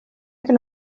can